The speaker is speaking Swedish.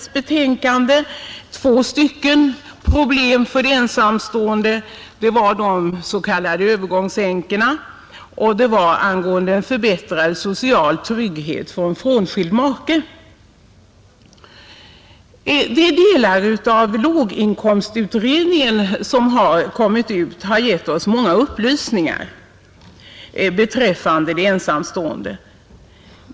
De behandlades i socialförsäkringsutskottets betänkande — och gällde de s.k. övergångsänkorna och förbättrad social trygghet för frånskild make. De delar av låginkomstutredningens betänkande som kommit ut har givit oss många upplysningar beträffande de ensamstående.